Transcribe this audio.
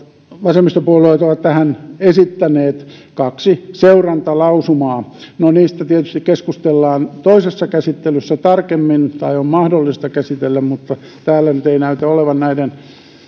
vasemmistopuolueet ovat tähän esittäneet kaksi seurantalausumaa niistä tietysti keskustellaan toisessa käsittelyssä tarkemmin tai on mahdollista käsitellä mutta täällä nyt ei näytä olevan näiden